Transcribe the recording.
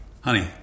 Honey